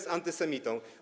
z antysemitą.